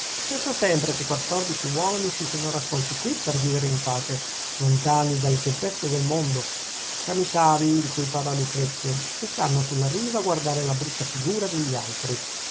resta sempre che quattordici uomini si sono raccolti qui per vivere in pace lontani dalle tempeste del mondo siamo i savi di cui parla lucrezio che stanno sulla riva a guardare la brutta figura degli altri